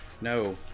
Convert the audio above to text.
No